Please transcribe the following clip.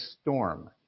storm